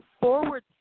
forward